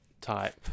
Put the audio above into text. type